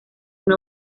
una